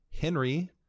Henry